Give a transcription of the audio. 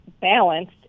balanced